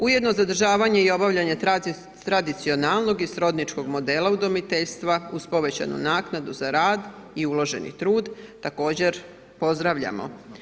Ujedno zadržavanje i obavljanje tradicionalnog i srodničkog modela udomiteljstva uz povećanu naknadu za rad i uloženi trud, također pozdravljamo.